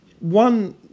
One